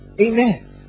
Amen